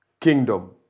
kingdom